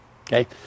Okay